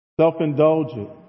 self-indulgent